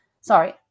sorry